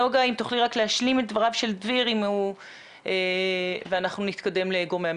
אם תוכלי להשלים את דבריו של דביר ואנחנו נתקדם לגורמי המקצוע.